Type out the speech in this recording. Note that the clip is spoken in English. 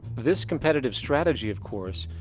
this competitive strategy, of course,